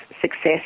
success